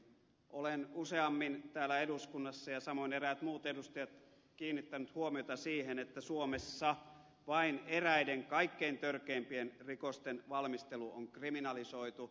olen useammin täällä eduskunnassa ja samoin eräät muut edustajat kiinnittänyt huomiota siihen että suomessa vain eräiden kaikkein törkeimpien rikosten valmistelu on kriminalisoitu